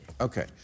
Okay